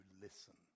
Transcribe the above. listen